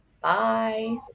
Bye